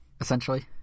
essentially